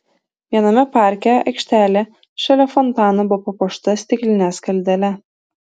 viename parke aikštelė šalia fontano buvo papuošta stikline skaldele